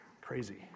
crazy